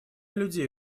людей